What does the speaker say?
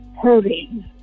hurting